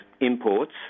imports